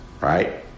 Right